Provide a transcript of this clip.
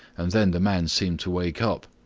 and then the man seemed to wake up.